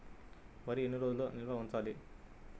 వరి ఎన్ని రోజులు నిల్వ ఉంచాలి?